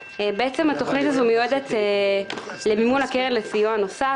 התוכנית הזו מיועדת למימון הקרן לסיוע נוסף.